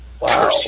Wow